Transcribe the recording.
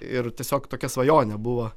ir tiesiog tokia svajonė buvo